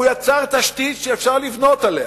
והוא יצר תשתית שאפשר לבנות עליה.